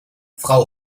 frau